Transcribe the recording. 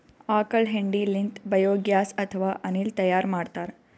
ಆಕಳ್ ಹೆಂಡಿ ಲಿಂತ್ ಬಯೋಗ್ಯಾಸ್ ಅಥವಾ ಅನಿಲ್ ತೈಯಾರ್ ಮಾಡ್ತಾರ್